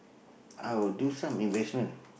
I'll do some investment